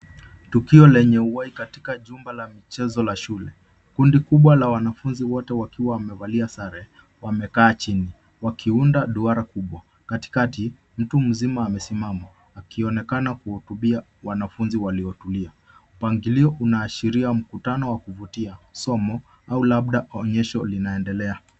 Tukio lenye uhai katika jumba la michezo la shule. Kundi kubwa la wanafuzi wote wakiwa wamevalia sare, wamekaa chini wakiunda duara kubwa. Katikati mtu mzima amesimama akionekana kuwahutubia wanafuzi waliotulia. Mpangilio unashiria mkutano wa kuvutia, somo au labda onyesho linaendelea.